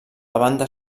banda